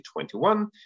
2021